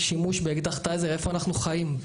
שימוש באקדח טייזר איפה אנחנו חיים?